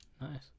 nice